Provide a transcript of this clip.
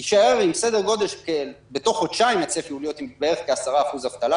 הצפי הוא שבתוך חודשיים נהיה עם כ-10% אבטלה.